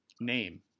name